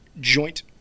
joint